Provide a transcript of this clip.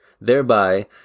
Thereby